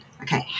okay